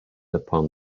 upon